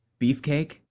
Beefcake